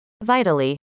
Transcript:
Vitally